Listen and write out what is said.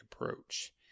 approach